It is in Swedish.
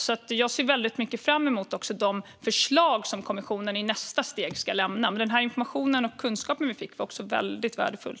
Därför ser jag väldigt mycket fram emot de förslag som kommissionen i nästa steg ska lämna. Men denna information och kunskap som vi fick var också väldigt värdefull.